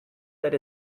that